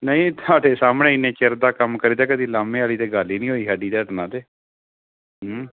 ਨਹੀਂ ਤੁਹਾਡੇ ਸਾਹਮਣੇ ਇੰਨੇ ਚਿਰ ਦਾ ਕੰਮ ਕਰੀ ਦਾ ਕਦੀ ਉਲਾਂਭੇ ਵਾਲੀ ਤਾਂ ਗੱਲ ਹੀ ਨਹੀਂ ਹੋਈ ਸਾਡੀ ਨਾ ਤੇ